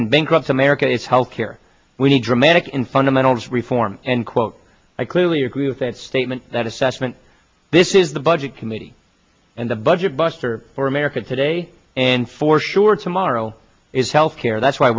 can bankrupt america is health care we need dramatic in fundamentals reform and quote i clearly agree with that statement that assessment this is the budget committee and the budget buster for america today and for sure tomorrow is health care that's why